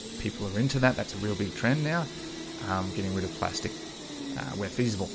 people are into that. that's a real big trend now getting rid of plastic where feasible